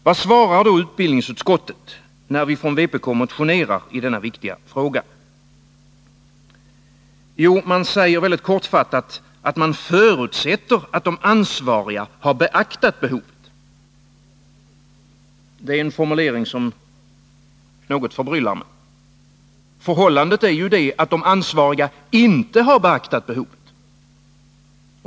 Vad svarar då utbildningsutskottet när vi från vpk motionerar i denna viktiga fråga? Jo, man säger mycket kortfattat att man förutsätter att de ansvariga har beaktat behovet. Det är en formulering som något förbryllar mig. Förhållandet är ju det att de ansvariga inte har beaktat behovet.